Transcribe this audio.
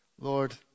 Lord